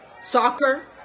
soccer